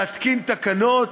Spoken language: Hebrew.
להתקין תקנות,